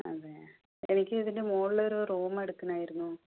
അതേയാ എനിക്ക് ഇതിൻ്റെ മുകളിലൊരു റൂമെടുക്കണമായിരുന്നു